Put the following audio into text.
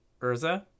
Urza